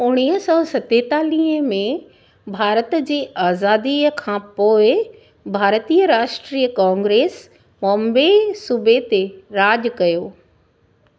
उणिवीह सौ सतेतालीह में भारत जी आज़ादीअ खां पोइ भारतीय राष्ट्रीय कांग्रेस बॉम्बे सूबे ते राज कयो